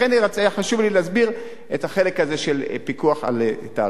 לכן היה חשוב לי להסביר את החלק הזה של פיקוח על תעריפים.